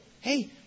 Hey